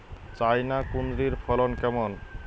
China কুঁদরীর ফলন কেমন?